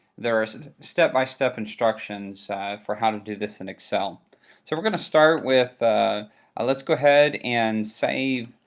there are step by step instructions for how to do this in excel. so we're going to start with let's go ahead and save